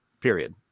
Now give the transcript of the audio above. period